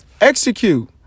Execute